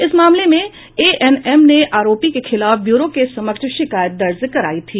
इस मामले में एएनएम ने आरोपी के खिलाफ ब्यूरो के समक्ष शिकायत दर्ज करायी थी